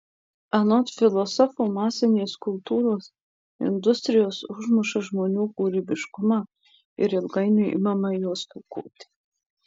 anot filosofo masinės kultūros industrijos užmuša žmonių kūrybiškumą ir ilgainiui imame jo stokoti